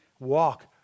Walk